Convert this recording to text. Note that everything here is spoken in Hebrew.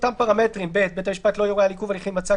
צריך